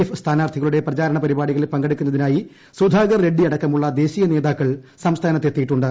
F സ്ഥാനാർത്ഥികളുടെ പ്രചാരണ പരിപാടികളിൽ പങ്കെടുക്കുന്നതിനായി സുധാകർ റെഡ്ഡി അടക്കമുള്ള ദേശീയ നേതാക്കൾ സംസ്ഥാനത്തെത്തിയിട്ടുണ്ട്